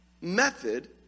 method